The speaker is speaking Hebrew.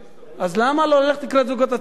אז למה לא ללכת לקראת הזוגות הצעירים?